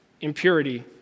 impurity